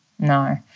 No